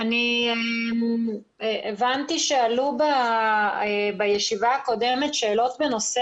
אני הבנתי שעלו בישיבה הקודמת שאלות בנושא